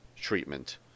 treatment